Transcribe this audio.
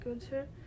culture